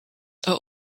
are